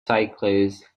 cyclists